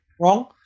wrong